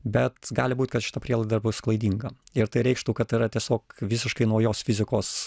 bet gali būt kad šita prielaida ir bus klaidinga ir tai reikštų kad tai yra tiesiog visiškai naujos fizikos